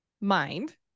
mind